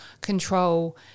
control